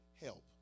help